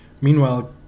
Meanwhile